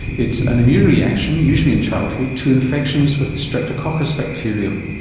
it's an immune reaction, usually in childhood, to infections with the streptococcus bacterium.